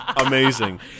Amazing